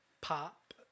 pop